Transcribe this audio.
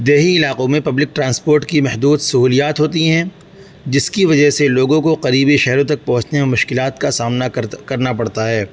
دیہی علاقوں میں پبلک ٹرانسپورٹ کی محدود سہولیات ہوتی ہیں جس کی وجہ سے لوگوں کو قریبی شہروں تک پہنچنے میں مشکلات کا سامنا کرنا پڑتا ہے